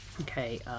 Okay